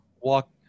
walk